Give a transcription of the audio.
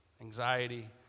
anxiety